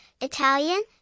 Italian